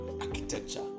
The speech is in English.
architecture